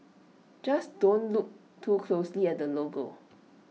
just don't look too closely at the logo